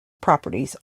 properties